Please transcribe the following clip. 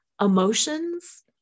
emotions